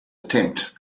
attempt